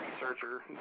researcher